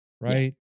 right